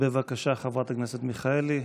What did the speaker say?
בבקשה, חברת הכנסת מיכאלי.